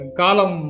kalam